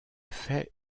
fait